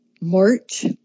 March